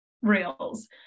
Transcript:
rails